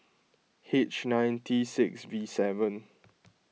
H nine T six V seven